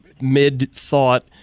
mid-thought